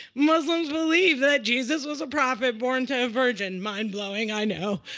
muslims believe that jesus was a prophet born to a a virgin. mind-blowing, i know.